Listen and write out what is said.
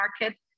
market